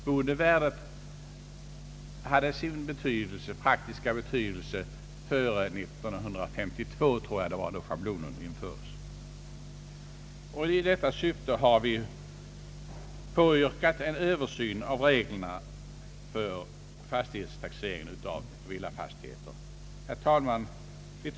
Boendevärdet spelade sin praktiska roll före 1952, då schablonen infördes. I syfte att hänsyn skall jämväl tagas till detta värde har vi påyrkat en översyn av reglerna för fastighetstaxeringen av villor.